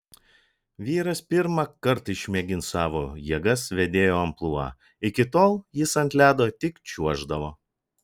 vyras pirmą kartą išmėgins savo jėgas vedėjo amplua iki tol jis ant ledo tik čiuoždavo